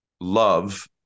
love